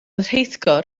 rheithgor